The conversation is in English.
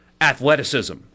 athleticism